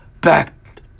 back